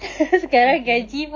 okay